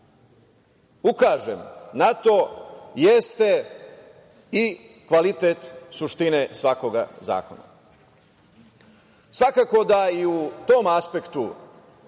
ukažem na to jeste i kvalitet suštine svakog zakona. Svakako da i u tom aspektu